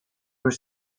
were